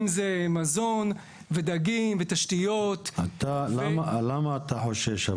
אם זה מזון ודגים ותשתיות --- אבל למה אתה חושש?